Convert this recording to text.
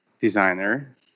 designer